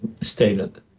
stated